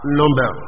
number